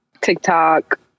tiktok